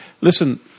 Listen